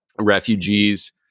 refugees